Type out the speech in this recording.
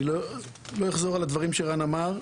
לא אחזור על הדברים שרן אמר.